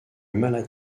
malade